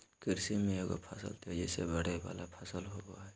कृषि में एगो फसल तेजी से बढ़य वला फसल होबय हइ